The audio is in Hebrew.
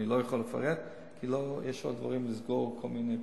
אני לא יכול לפרט כי יש עוד דברים לסגור וכל מיני פינות.